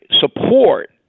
support